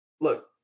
Look